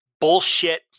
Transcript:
bullshit